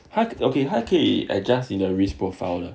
他可以 adjust 你的 risk profile 的